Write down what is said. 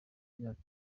yacu